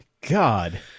God